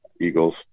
Eagles